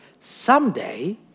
Someday